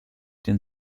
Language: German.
den